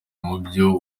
mubyo